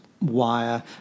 wire